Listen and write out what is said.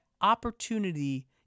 opportunity